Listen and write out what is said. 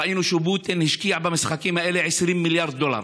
ראינו שפוטין השקיע במשחקים האלה 20 מיליארד דולר.